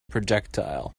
projectile